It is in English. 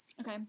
Okay